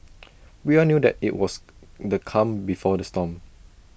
we all knew that IT was the calm before the storm